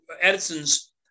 Edison's